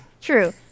true